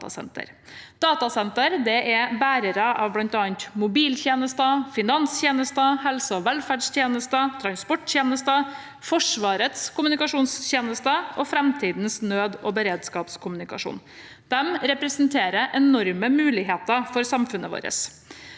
Datasentre er bærere av bl.a. mobiltjenester, finanstjenester, helse- og velferdstjenester, transporttjenester, Forsvarets kommunikasjonstjenester og framtidens nød- og beredskapskommunikasjon. De representerer enorme muligheter for samfunnet vårt.